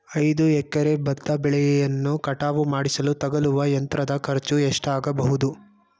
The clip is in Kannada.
ಐದು ಎಕರೆ ಭತ್ತ ಬೆಳೆಯನ್ನು ಕಟಾವು ಮಾಡಿಸಲು ತಗಲುವ ಯಂತ್ರದ ಖರ್ಚು ಎಷ್ಟಾಗಬಹುದು?